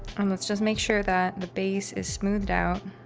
and let's just make sure that the base is smoothed out